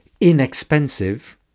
inexpensive